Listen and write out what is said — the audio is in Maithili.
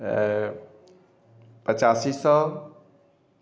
पचासी सए